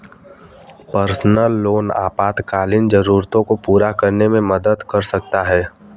personal loan आपातकालीन जरूरतों को पूरा करने में मदद कर सकता है